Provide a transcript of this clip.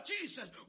Jesus